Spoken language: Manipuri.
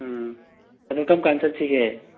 ꯎꯝ ꯑꯗꯣ ꯀꯔꯝ ꯀꯥꯟꯗ ꯆꯠꯁꯤꯒꯦ